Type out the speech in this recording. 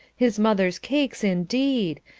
his mother's cakes indeed!